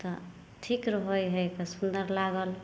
तऽ ठीक रहै हइ सुन्दर लागल